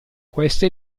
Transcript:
queste